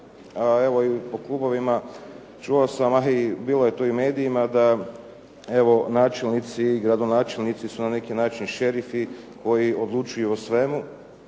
evo i po klubovima čuo sam, a i bilo je to u medijima da evo načelnici, gradonačelnici su na neki način šerifi koji odlučuju u svemu.